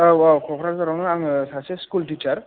औ औ क'क्राझारावनो आङो सासे स्कुल थिसार